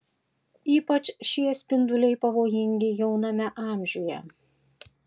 ypač šie spinduliai pavojingi jauname amžiuje